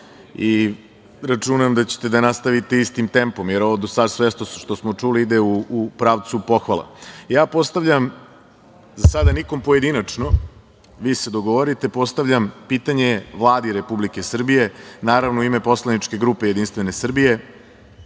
Računam da ćete da nastavite istim tempom, jer ovo do sada sve što smo čuli ide u pravcu pohvala. Postavljam za sada nikom pojedinačno, vi se dogovorite, postavljam pitanje Vladi Republike Srbije, naravno u ime poslaničke grupe JS, šta radi